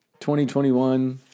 2021